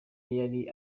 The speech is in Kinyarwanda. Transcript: yari